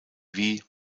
wie